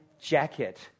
jacket